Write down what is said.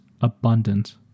abundant